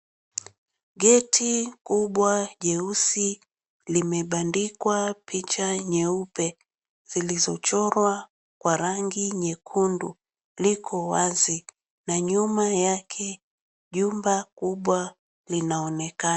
Geti kubwa jeusi, limebandikwa picha nyeupe zilizochorwa kwa rangi nyekundu liko wazi. Na nyuma yake jumba kubwa linaonekana.